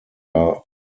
are